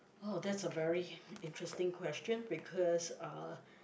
oh that's a very interesting question because uh